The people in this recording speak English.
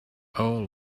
all